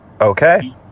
Okay